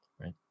right